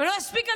מספיק.